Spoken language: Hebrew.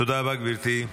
תודה רבה, גברתי.